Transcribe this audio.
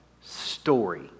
story